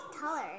colors